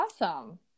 awesome